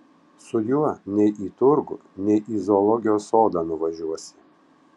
su juo nei į turgų nei į zoologijos sodą nuvažiuosi